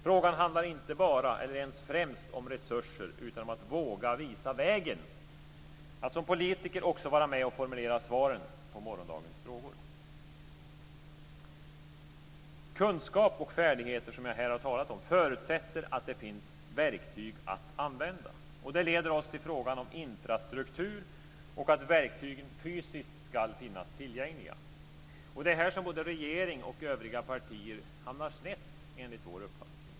Frågan handlar inte bara, eller ens främst, om resurser, utan om att våga visa vägen, att som politiker också vara med och formulera svaren på morgondagens frågor. Kunskaper och färdigheter förutsätter att det finns några verktyg att använda. Det leder oss till frågan om infrastruktur och att verktygen fysiskt ska finnas tillgängliga. Och det är här som både regering och övriga partier enligt vår uppfattning hamnar snett.